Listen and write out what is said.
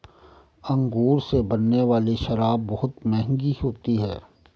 अंगूर से बनने वाली शराब बहुत मँहगी होती है